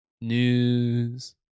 news